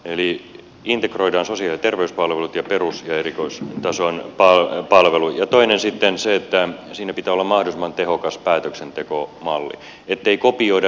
integroidaan sosiaali ja terveyspalvelut ja perus ja erikoistason palvelut ja toinen on sitten se että siinä pitää olla mahdollisimman tehokas päätöksentekomalli ettei kopioida nykymallien heikkouksia nimenomaan päätöksenteossa